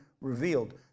revealed